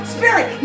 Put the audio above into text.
Spirit